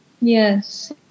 Yes